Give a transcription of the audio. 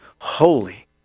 Holy